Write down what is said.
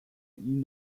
ihnen